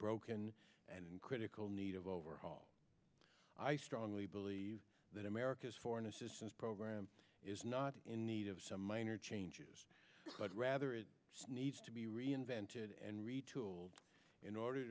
broken and critical need of overhaul i strongly believe that america's foreign assistance program is not in need of some minor changes but rather it needs to be reinvented and retooled in order